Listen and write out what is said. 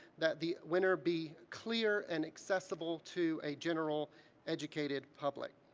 that the winner be clear and accessible to a general educated public.